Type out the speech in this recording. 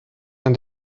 and